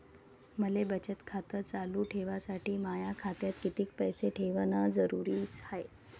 मले बचत खातं चालू ठेवासाठी माया खात्यात कितीक पैसे ठेवण जरुरीच हाय?